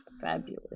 Fabulous